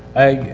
i,